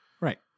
Right